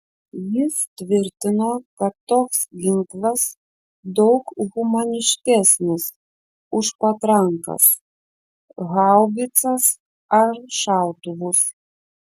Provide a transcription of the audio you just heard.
jis tvirtino kad toks ginklas daug humaniškesnis už patrankas haubicas ar šautuvus